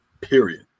Period